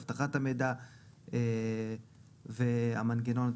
אבטחת המידע והמנגנון הטכנולוגי.